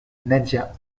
nadia